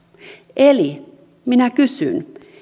eli minä kysyn